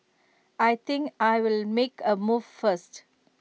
I think I'll make A move first